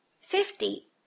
Fifty